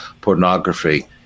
pornography